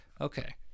Okay